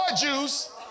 juice